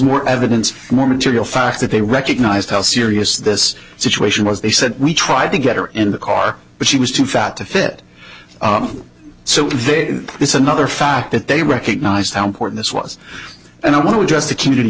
more evidence more material fact that they recognized how serious this situation was they said we tried to get her in the car but she was too fat to fit so there is another fact that they recognized how important this was and i want to address the community